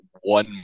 one